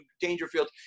Dangerfield